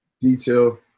Detail